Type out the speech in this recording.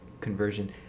conversion